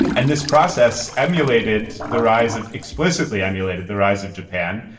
and this process emulated the rise of explicitly emulated the rise of japan.